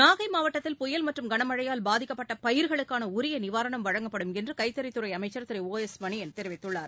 நாகைமாவட்டத்தில் புயல் மற்றும் கனமழையால் பாதிக்கப்பட்டபயிர்களுக்கானஉரியநிவாரணம் வழங்கப்படும் என்றுகைத்தறித்துறைஅமைச்சர் திரு ஒ எஸ் மணியன் தெரிவித்துள்ளார்